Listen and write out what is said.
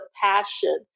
passion